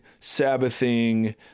Sabbathing